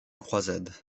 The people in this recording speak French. croisade